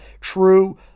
true